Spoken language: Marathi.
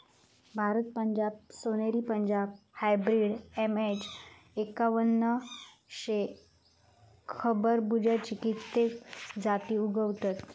भारतात पंजाब सोनेरी, पंजाब हायब्रिड, एम.एच एक्कावन्न अशे खरबुज्याची कित्येक जाती उगवतत